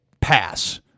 Pass